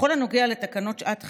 בכל הנוגע לתקנות שעת חירום,